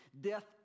death